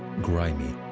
grimy,